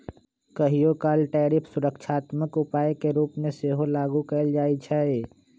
कहियोकाल टैरिफ सुरक्षात्मक उपाय के रूप में सेहो लागू कएल जाइ छइ